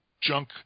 junk